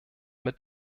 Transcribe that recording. mit